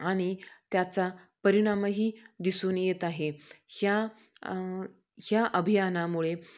आणि त्याचा परिणामही दिसून येत आहे ह्या ह्या अभियानामुळे